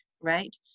right